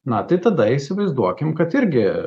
na tai tada įsivaizduokim kad irgi